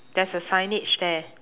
there's a signage there